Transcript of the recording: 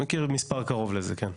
אני מכיר מספר קרוב לזה, כן.